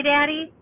Daddy